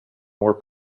more